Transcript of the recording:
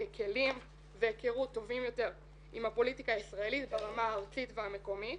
כלים והיכרות טובים יותר עם הפוליטיקה הישראלית ברמה הארצית והמקומית